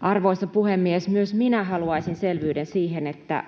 Arvoisa puhemies! Myös minä haluaisin selvyyden siihen, että